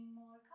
more